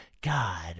god